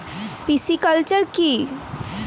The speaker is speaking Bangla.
পিসিকালচার কি?